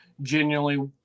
genuinely